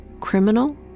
criminal